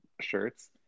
shirts